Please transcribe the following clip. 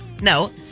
No